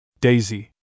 Daisy